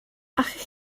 allech